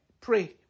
pray